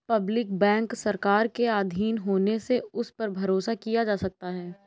public bank सरकार के आधीन होने से उस पर भरोसा किया जा सकता है